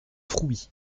trouy